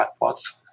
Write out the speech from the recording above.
chatbots